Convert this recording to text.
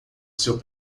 seu